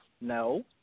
No